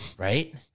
Right